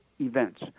events